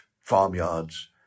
farmyards